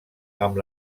amb